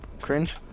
Cringe